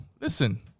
listen